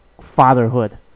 fatherhood